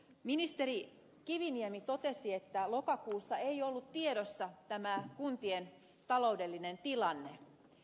ministeri kiviniemi totesi että lokakuussa ei ollut tiedossa tämä kuntien taloudellinen tilanne